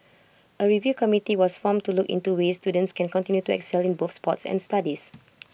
A review committee was formed to look into ways students can continue to excel in both sports and studies